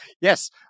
yes